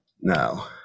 now